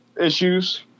issues